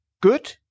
good